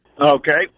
Okay